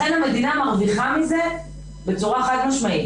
לכן המדינה מרוויחה מזה בצורה חד משמעית.